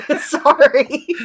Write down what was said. Sorry